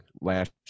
last